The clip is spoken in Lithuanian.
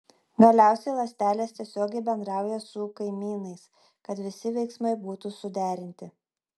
galiausiai ląstelės tiesiogiai bendrauja su kaimynais kad visi veiksmai būtų suderinti